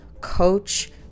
coach